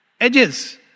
edges